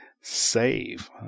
save